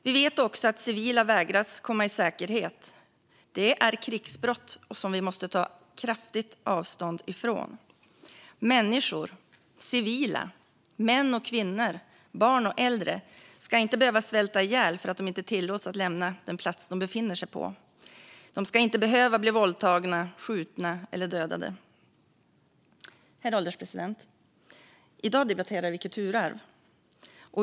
Vi vet också att civila förvägras att komma i säkerhet; det är krigsbrott som vi måste ta kraftigt avstånd från. Människor - civila, män, kvinnor, barn och äldre - ska inte behöva svälta ihjäl för att de inte tillåts lämna den plats de befinner sig på. De ska inte behöva bli våldtagna, skjutna eller dödade. Herr ålderspresident! I dag debatterar vi kulturarv.